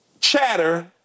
chatter